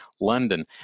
London